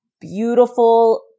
beautiful